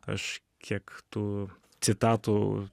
aš kiek tų citatų